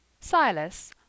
Silas